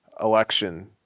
election